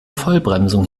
vollbremsung